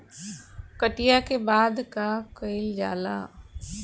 कटिया के बाद का कइल जाला?